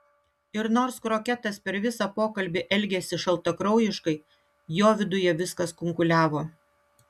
ir nors kroketas per visą pokalbį elgėsi šaltakraujiškai jo viduje viskas kunkuliavo